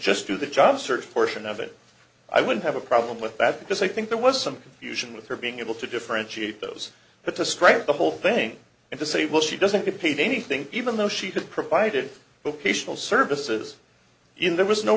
just do the job search portion of it i wouldn't have a problem with that because i think there was some confusion with her being able to differentiate those but to stretch the whole thing and to say well she doesn't get paid anything even though she did provided locational services in there was no